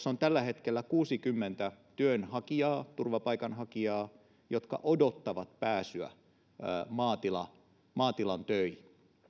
on tällä hetkellä kuusikymmentä työnhakijaa turvapaikanhakijaa jotka odottavat pääsyä maatilan töihin